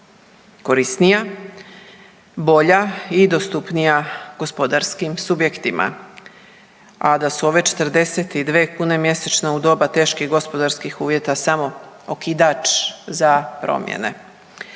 korisnija, bolja i dostupnija gospodarskim subjektima, a da su ove 42 kune mjesečno u doba teških gospodarskih uvjeta samo okidač za promjene.